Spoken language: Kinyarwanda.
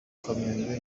kamyo